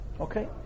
Okay